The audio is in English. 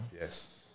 Yes